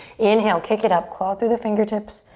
inhale, kick it up, claw through the fingertips.